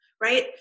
right